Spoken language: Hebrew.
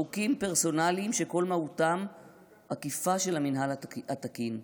חוקים פרסונליים שכל מהותם עקיפה של המינהל התקין.